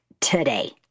today